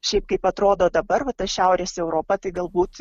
šiaip kaip atrodo dabar va ta šiaurės europa tai galbūt